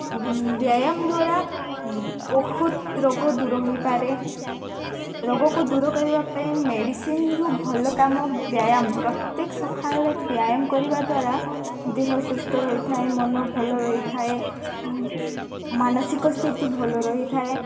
ବ୍ୟାୟାମ ଦ୍ୱାରା ବହୁତ ରୋଗ ଦୂର ହୋଇପାରେ ରୋଗକୁ ଦୂର କରିବା ପାଇଁ ମେଡ଼ିସିନ୍ରୁ ଭଲ କାମ ବ୍ୟାୟାମ ପ୍ରତ୍ୟେକ ସକାଳେ ବ୍ୟାୟାମ କରିବା ଦ୍ୱାରା ଦେହ ସୁସ୍ଥ ରହିଥାଏ ମନ ଭଲ ରହିଥାଏ ମାନସିକ ସ୍ଥିତି ଭଲ ରହିଥାଏ